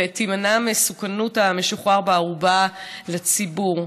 ותימנע מסוכנות המשוחרר בערובה לציבור.